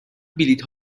بلیط